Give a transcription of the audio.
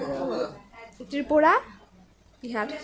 Tripura Bihar